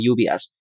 UBS